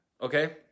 Okay